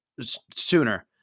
sooner